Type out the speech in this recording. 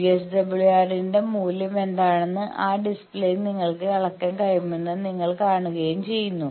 VSWR ന്റെ മൂല്യം എന്താണെന്ന് ആ ഡിസ്പ്ലേയിൽ നിങ്ങൾക്ക് അളക്കാൻ കഴിയുമെന്ന് നിങ്ങൾ കാണുകയും ചെയ്യുന്നു